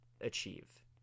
achieve